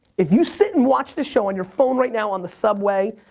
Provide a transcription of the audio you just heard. if you sit and watch this show on your phone right now, on the subway,